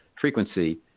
frequency